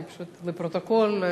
פשוט לפרוטוקול,